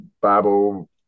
bible